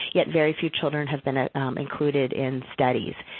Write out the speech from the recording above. yet very few children have been included in studies.